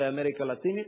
הוא באמריקה הלטינית.